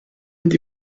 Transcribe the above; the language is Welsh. mynd